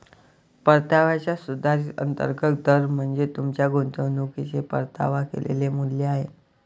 परताव्याचा सुधारित अंतर्गत दर म्हणजे तुमच्या गुंतवणुकीचे परतावा केलेले मूल्य आहे